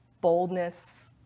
boldness